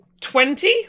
Twenty